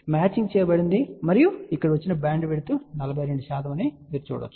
matching చేయబడిందని మరియు ఇక్కడ వచ్చిన బ్యాండ్విడ్త్ 42 అని మీరు చూడవచ్చు